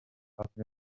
parties